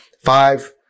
five